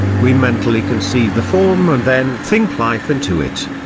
we mentally conceive the form and then think life into it.